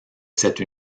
cette